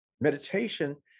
meditation